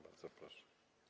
Bardzo proszę.